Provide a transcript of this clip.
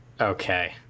Okay